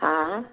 हा हा